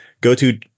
Go-to